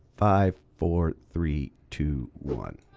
five, four, three, two, one.